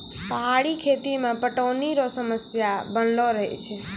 पहाड़ी खेती मे पटौनी रो समस्या बनलो रहै छै